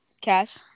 Cash